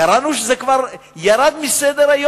קראנו שזה כבר ירד מסדר-היום.